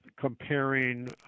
comparing